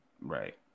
Right